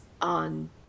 on